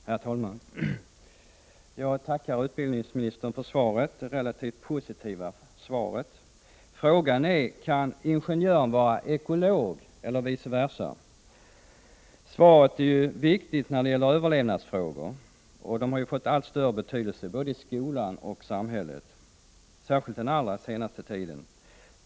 Herr talman! Jag tackar utbildningsministern för det relativt positiva svaret. Frågan är: Kan ingenjören vara ekolog eller vice versa? Svaret är viktigt när det gäller överlevnadsfrågorna, och dessa har ju fått en allt större betydelse, både i skolan och i samhället, särskilt den allra senaste tiden.